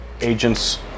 agents